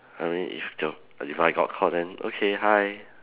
I mean if your if I got caught then okay hi